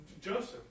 Joseph